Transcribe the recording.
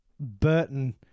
Burton